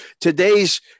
today's